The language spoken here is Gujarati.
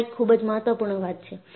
આ એક ખૂબ જ મહત્વપૂર્ણ વાત છે